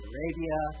Arabia